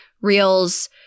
Reels